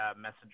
message